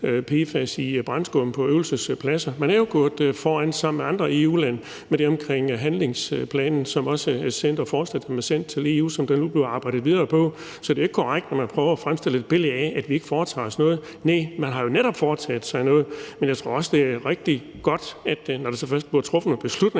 PFAS i brandskum på øvelsespladser. Man er jo gået foran sammen med andre EU-lande i forhold til det med handlingsplanen, som også er sendt til EU, og som der nu bliver arbejdet videre på. Så det er ikke korrekt, når man prøver at tegne et billede af, at vi ikke foretager os noget. Nej, vi har jo netop foretaget os noget. Men jeg tror også, det er rigtig godt, at det, når der så først bliver truffet nogle beslutninger,